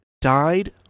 died